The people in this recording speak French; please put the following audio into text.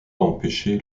empêcher